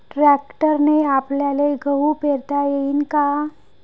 ट्रॅक्टरने आपल्याले गहू पेरता येईन का?